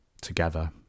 together